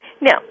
Now